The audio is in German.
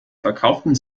verkauften